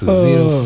zero